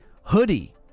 hoodie